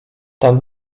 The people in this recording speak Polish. tam